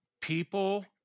People